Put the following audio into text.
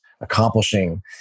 accomplishing